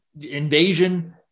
invasion